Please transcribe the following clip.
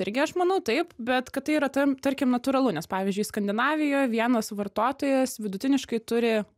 irgi aš manau taip bet kad tai yra tam tarkim natūralu nes pavyzdžiui skandinavijoje vienas vartotojas vidutiniškai turi